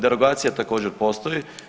Derogacija također postoji.